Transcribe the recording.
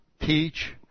teach